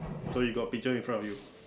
so you got picture in front of you